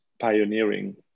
pioneering